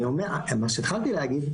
מה שהתחלתי להגיד,